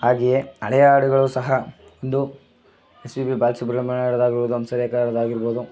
ಹಾಗೆಯೇ ಹಳೆಯ ಹಾಡುಗಳು ಸಹ ಒಂದು ಎಸ್ ಪಿ ಬಿ ಬಾಲಸುಬ್ರಮಣ್ಯದವರಾಗಿರ್ಬೋದು ಹಂಸಲೇಖದವರದಾಗಿರ್ಬೋದು